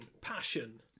passion